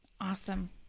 awesome